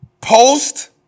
post